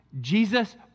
Jesus